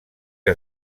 que